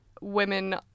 women